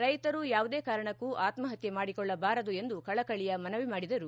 ರೈತರು ಯಾವುದೇ ಕಾರಣಕ್ಕೂ ಆತ್ಮಪತ್ಯೆ ಮಾಡಿಕೊಳ್ಳಬಾರದು ಎಂದು ಕಳಕಳಿಯ ಮನವಿ ಮಾಡಿದರು